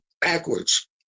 backwards